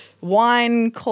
wine